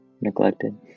neglected